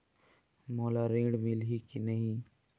मोला ऋण मिलही की नहीं?